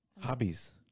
Hobbies